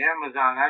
Amazon